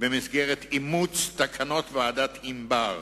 במסגרת אימוץ תקנות ועדת-ענבר.